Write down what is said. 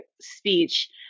speech